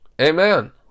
Amen